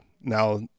Now